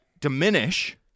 diminish